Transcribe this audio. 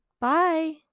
Bye